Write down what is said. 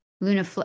Luna